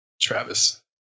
Travis